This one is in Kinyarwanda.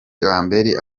lambert